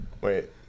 Wait